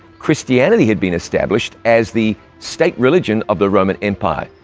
christianity had been established as the state religion of the roman empire.